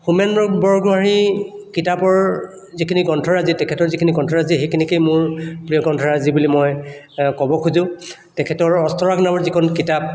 হোমেন বৰগোহাঁই কিতাপৰ যিখিনি গ্ৰন্থৰাজি তেখেতৰ যিখিনি গ্ৰন্থৰাজি সেইখিনিকে মোৰ প্ৰিয় গ্ৰন্থৰাজি বুলি মই ক'ব খোজোঁ তেখেতৰ অস্তৰাগ নামৰ যিখন কিতাপ